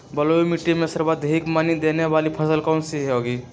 बलुई मिट्टी में सर्वाधिक मनी देने वाली फसल कौन सी होंगी?